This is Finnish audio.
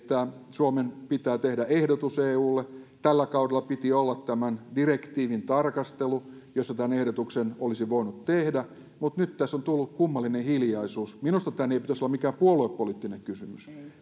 suomen pitää tehdä ehdotus eulle tällä kaudella piti olla tämän direktiivin tarkastelu jossa tämän ehdotuksen olisi voinut tehdä mutta nyt tässä on tullut kummallinen hiljaisuus minusta tämän ei pitäisi olla mikään puoluepoliittinen kysymys